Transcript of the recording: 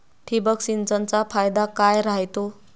ठिबक सिंचनचा फायदा काय राह्यतो?